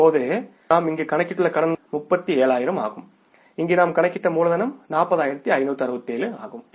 இப்போது நாம் இங்கு கணக்கிட்டுள்ள கடன்கள் 37000 ஆகும் இங்கு நாம் கணக்கிட்ட மூலதனம் 40567 ஆகும்